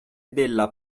della